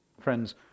Friends